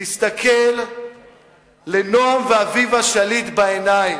תסתכל לנועם ואביבה שליט בעיניים.